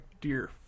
dear